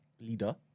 Leader